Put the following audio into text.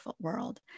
world